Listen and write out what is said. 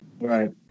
Right